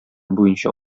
буенча